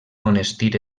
monestir